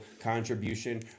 contribution